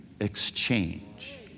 exchange